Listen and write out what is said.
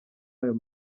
ayo